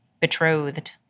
betrothed